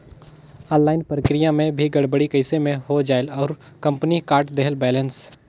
Online प्रक्रिया मे भी गड़बड़ी कइसे मे हो जायेल और कंपनी काट देहेल बैलेंस?